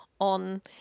on